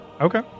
Okay